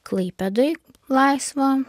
klaipėdoj laisvo